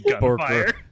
gunfire